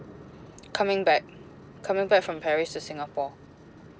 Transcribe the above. coming back coming back from paris to singapore